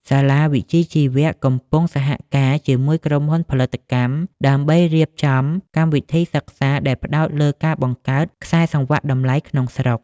សាលាវិជ្ជាជីវៈកំពុងសហការជាមួយក្រុមហ៊ុនផលិតកម្ម ដើម្បីរៀបចំកម្មវិធីសិក្សាដែលផ្ដោតលើការបង្កើត "ខ្សែសង្វាក់តម្លៃ" ក្នុងស្រុក។